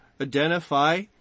identify